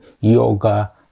yoga